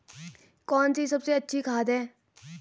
कौन सी सबसे अच्छी खाद है?